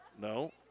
No